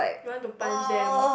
you want to punch them